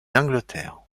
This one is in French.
angleterre